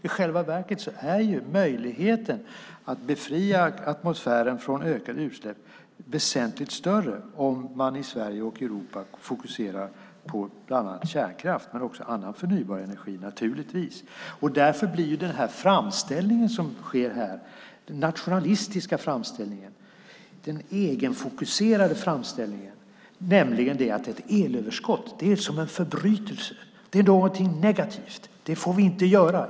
I själva verket är möjligheten att befria atmosfären från ökade utsläpp väsentligt större om man i Sverige och i Europa fokuserar på bland annat kärnkraft men naturligtvis också på annan förnybar energi. Därför blir den framställning som sker här, den nationalistiska framställningen och den egenfokuserade framställningen, att ett elöverskott är som en förbrytelse, någonting negativt och någonting som vi inte får göra.